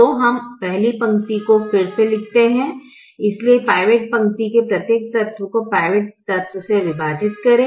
तो हम पहली पंक्ति को फिर से लिखते हैं इसलिए पिवोट पंक्ति के प्रत्येक तत्व को पिवोट तत्व से विभाजित करें